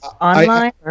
online